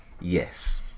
Yes